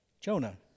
Jonah